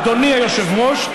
אדוני היושב-ראש,